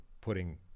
putting